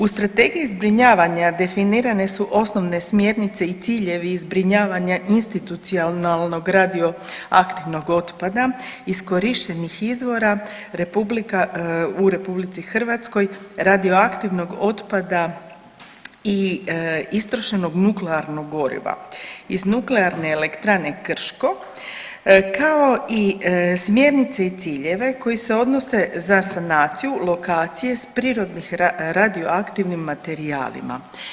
U strategiji zbrinjavanja definirane su osnovne smjernice i ciljevi i zbrinjavanje institucionalnog radioaktivnog otpada iskorištenih izvora u RH radioaktivnog otpada i istrošenog nuklearnog goriva iz Nuklearne elektrane Krško kao i smjernice i ciljeve koji se odnose za sanaciju lokacije s prirodnih radioaktivnim materijalima.